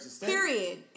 period